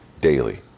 daily